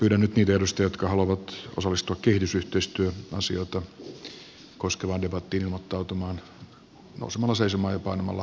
pyydän nyt niitä edustajia jotka haluavat osallistua kehitysyhteistyöasioita koskevaan debattiin ilmoittautumaan nousemalla seisomaan ja painamalla v painiketta